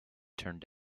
turned